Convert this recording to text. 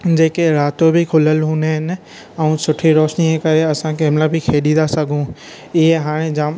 जेके राति जो बि खुलियल हूंदा आहिनि ऐं सुठी रोशनीअ जे करे असां कंहिं महिल बि खेॾी था सघूं इहे हाणे जाम